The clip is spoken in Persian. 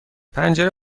پنجره